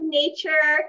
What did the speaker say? nature